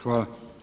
Hvala.